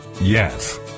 yes